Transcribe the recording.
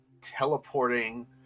Teleporting